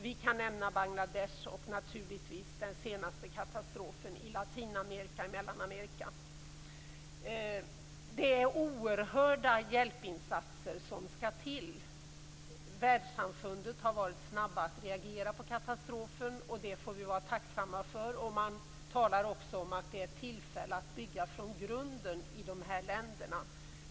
Vi kan nämna Bangladesh och naturligtvis den senaste katastrofen i Mellanamerika. Det är oerhörda hjälpinsatser som skall till. Världssamfundet har varit snabbt med att reagera på katastrofen. Det får vi vara tacksamma för. Man talar också om att detta är ett tillfälle att bygga från grunden i de här länderna.